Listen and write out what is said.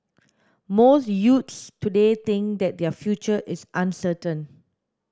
most youths today think that their future is uncertain